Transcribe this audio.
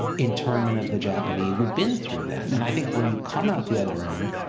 interment of the japanese, we've been through that. and i think when you come out the other end,